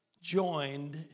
joined